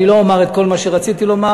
לכן, אני לא אומר את כל מה שרציתי לומר.